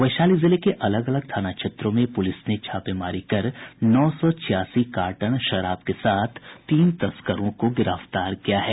वैशाली जिले के अलग अलग थाना क्षेत्रों में पुलिस ने छापेमारी कर नौ सौ छियासी कार्टन शराब के साथ तीन तस्करों को गिरफ्तार किया है